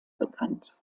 bekannt